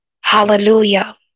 hallelujah